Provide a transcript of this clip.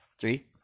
Three